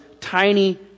tiny